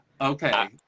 Okay